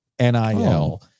NIL